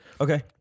Okay